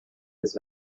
his